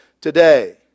today